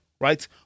right